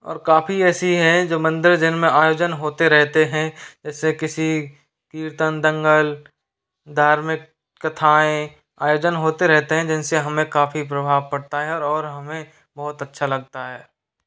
और काफ़ी ऐसी है जो मंदिर जिन में आयोजन होते रहते हैं ऐसे किसी कीर्तन दंगल धार्मिक कथाएँ आयोजन होते रहते हैं जिन से हमें काफ़ी प्रभाव पड़ता है और हमें बहुत अच्छा लगता है